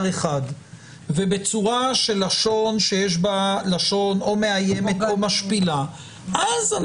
אחד ובצורה של לשון שיש בה לשון מאיימת או משפילה אז כן